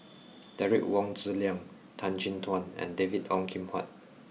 Derek Wong Zi Liang Tan Chin Tuan and David Ong Kim Huat